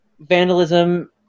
vandalism